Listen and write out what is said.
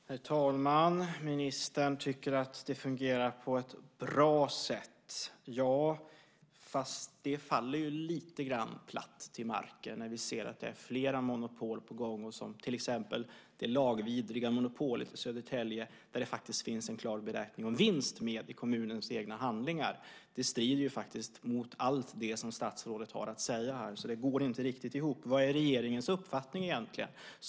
Herr talman! Ministern tycker att det fungerar på ett bra sätt. Ja, fast det faller lite grann platt till marken när vi ser att det är flera monopol på gång, som till exempel det lagvidriga monopolet i Södertälje där det faktiskt finns en klar beräkning om vinst med i kommunens egna handlingar. Det strider mot allt det som statsrådet har att säga här, så det går inte riktigt ihop. Vad är regeringens uppfattning egentligen?